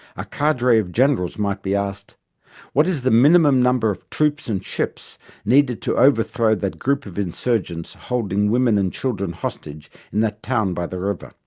a cadre of generals might be asked what is the minimum number of troops and ships needed to overthrow that group of insurgents holding women and children hostage in that town by the river.